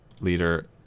leader